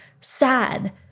sad